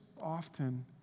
often